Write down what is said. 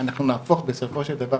אנחנו נהפוך בסופו של דבר,